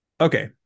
Okay